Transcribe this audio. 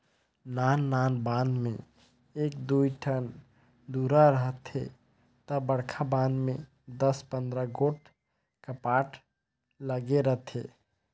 नान नान बांध में एक दुई ठन दुरा रहथे ता बड़खा बांध में दस पंदरा गोट कपाट लगे रथे